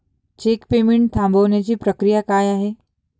Check payment थांबवण्याची प्रक्रिया काय आहे?